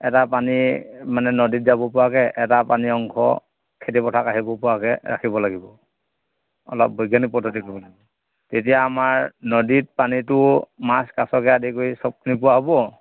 এটা পানী মানে নদীত যাব পৰাকে এটা পানী অংশ খেতিপথাৰত আহিব পৰাকে ৰাখিব লাগিব অলপ বৈজ্ঞানিক পদ্ধতি তেতিয়া আমাৰ নদীত পানীটো মাছ কাচকে আদি কৰি চবখিনি পোৱা হ'ব